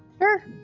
Sure